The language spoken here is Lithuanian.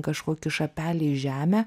kažkokį šapelį į žemę